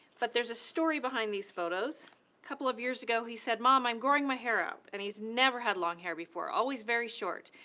but there's a story behind these photos. a couple of years ago, he said, mom, i'm growing my hair out. and he's never had long hair before always very short,